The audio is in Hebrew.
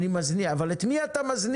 אני מזניח, אבל את מי אתה מזניח?